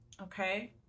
okay